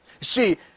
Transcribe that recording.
See